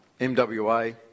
MWA